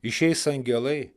išeis angelai